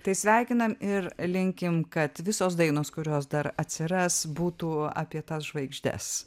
tai sveikinam ir linkim kad visos dainos kurios dar atsiras būtų apie tas žvaigždes